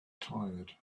tired